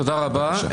תודה רבה.